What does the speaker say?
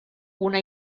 una